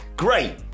great